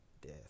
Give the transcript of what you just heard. death